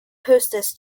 hostess